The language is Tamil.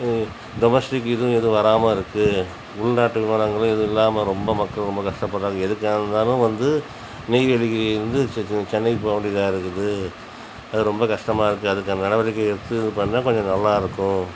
டொமஸ்ட்டிக் இதும் எதுவும் வராமல் இருக்குது உள்நாட்டு விமானங்களும் எதுவும் இல்லாமல் ரொம்ப மக்கள் ரொம்ப கஷ்டப்படுகிறாங்க எதுக்காக இருந்தாலும் வந்து நெய்வேலிக்கு வந்து சென்னைக்கு போகவேண்டியதா இருக்குது அது ரொம்ப கஷ்டமாக இருக்குது அதுக்கான நடவடிக்கை எடுத்து இது பண்ணால் கொஞ்சம் நல்லாயிருக்கும்